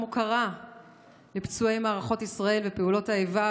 ההוקרה לפצועי מערכות ישראל ופעולות האיבה,